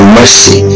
mercy